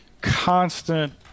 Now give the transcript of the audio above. constant